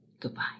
goodbye